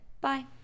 bye